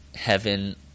heaven